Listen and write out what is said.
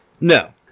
No